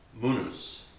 munus